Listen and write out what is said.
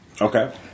okay